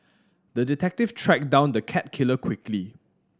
the detective tracked down the cat killer quickly